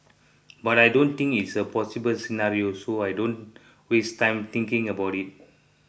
but I don't think it's a possible scenario so I don't waste time thinking about it